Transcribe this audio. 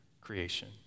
creation